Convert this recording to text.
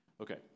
okay